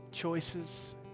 Choices